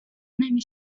نمی